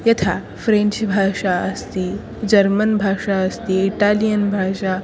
यथा फ़्रेञ्च् भाषा अस्ति जर्मन् भाषा अस्ति इटालियन् भाषा